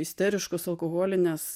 isteriškos alkoholinės